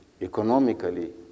economically